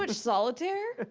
but solitaire.